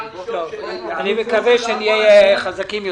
אני מקווה שנהיה חזקים יותר.